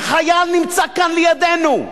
וחייל נמצא כאן לידנו,